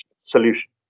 solution